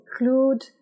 include